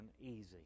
easy